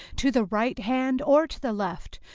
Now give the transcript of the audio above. to the right hand, or to the left,